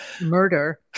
murder